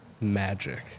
magic